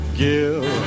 give